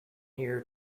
here